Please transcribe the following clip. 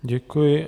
Děkuji.